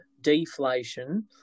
deflation